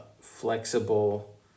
flexible